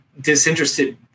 disinterested